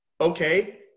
Okay